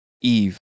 Eve